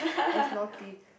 as naughty